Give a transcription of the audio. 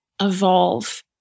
evolve